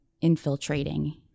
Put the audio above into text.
infiltrating